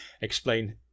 explain